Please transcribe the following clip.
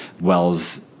Wells